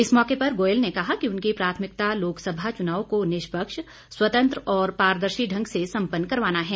इस मौके पर गोयल ने कहा कि उनकी प्राथमिकता लोकसभा चुनाव को निष्पक्ष स्वतंत्र और पारदर्शी ढंग से सम्पन्न करवाना है